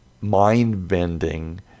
mind-bending